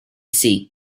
sea